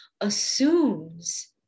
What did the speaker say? assumes